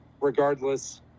regardless